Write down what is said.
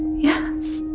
yes.